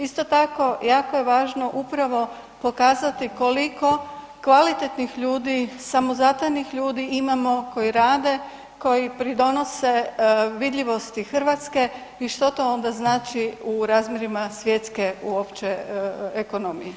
Isto tako jako je važno upravo pokazati koliko kvalitetnih ljudi, samozatajnih ljudi imamo koji rade, koji pridonose vidljivosti Hrvatske i što to onda znači u razmjerima svjetske uopće ekonomije?